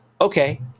Okay